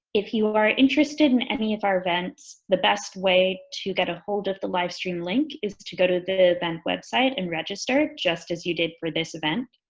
if you are interested in any of our events the best way to get a hold of the livestream link is to to go to the event website and register just as you did for this event.